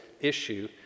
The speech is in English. issue